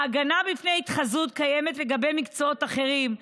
ההגנה מפני התחזות קיימת במקצועות אחרים,